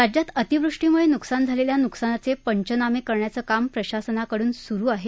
राज्यात अतिवृष्टीमुळे झालेल्या नुकसानाचे पंचनामे करण्याचं काम प्रशासनानकडून सुरु आहे